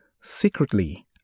secretly